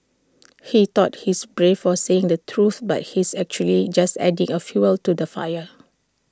he thought he's brave for saying the truth but he's actually just adding A fuel to the fire